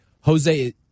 Jose